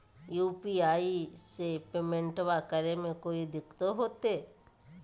UPI से पेमेंटबा करे मे कोइ दिकतो होते?